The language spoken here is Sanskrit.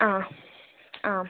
आ आम्